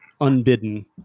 unbidden